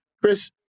chris